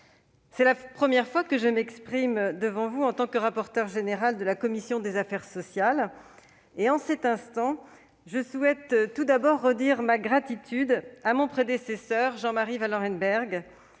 c'est la première fois que je m'exprime devant vous en tant que rapporteure générale de la commission des affaires sociales. En cet instant, je souhaite tout d'abord redire ma gratitude envers mon prédécesseur, Jean-Marie Vanlerenberghe,